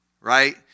right